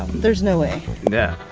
there's no way no